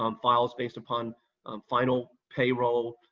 um files based upon final payroll,